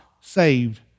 saved